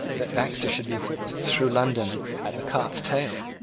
that baxter should be whipped through london at the cart's tail.